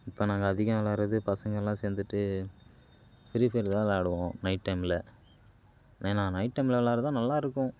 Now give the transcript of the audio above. இப்போ நாங்கள் அதிகம் விளையாடுறது பசங்களாம் சேர்ந்துட்டு ஃப்ரி ஃபயர் தான் விளையாடுவோம் நைட் டைம்ல ஏன்னா நைட் டைம்ல விளாடுறது தான் நல்லாயிருக்கும்